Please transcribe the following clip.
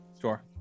Sure